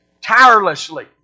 tirelessly